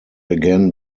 again